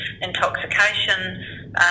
intoxication